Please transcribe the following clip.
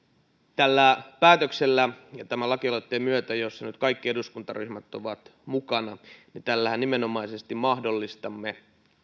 tällä päätöksellä ja tämän lakialoitteen myötä jossa nyt kaikki eduskuntaryhmät ovat mukana nimenomaisesti mahdollistamme